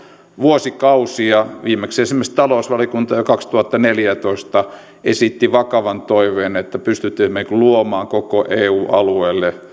vuosikausia viimeksi esimerkiksi talousvaliokunta kaksituhattaneljätoista esittänyt vakavan toiveen pystymmekö luomaan koko eu alueelle